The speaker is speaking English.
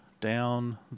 down